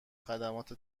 خدمات